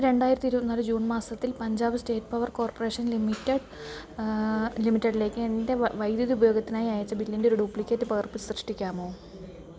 രണ്ടായിരത്തി ഇരുപത്തിനാല് ജൂൺ മാസത്തിൽ പഞ്ചാബ് സ്റ്റേറ്റ് പവർ കോർപ്പറേഷൻ ലിമിറ്റഡിലേക്ക് എൻ്റെ വൈദ്യുതി ഉപയോഗത്തിനായി അയച്ച ബില്ലിന്റെയൊരു ഡ്യൂപ്ലിക്കേറ്റ് പകർപ്പ് സൃഷ്ടിക്കാമോ